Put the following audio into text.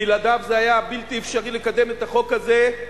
בלעדיו זה היה בלתי אפשרי לקדם את החוק הזה,